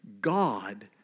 God